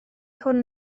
hwn